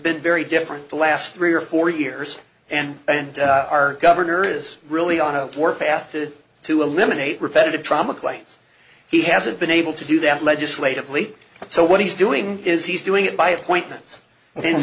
been very different the last three or four years and and our governor is really on a path to to eliminate repetitive trauma claims he hasn't been able to do that legislatively so what he's doing is he's doing it by appointments and